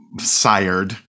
sired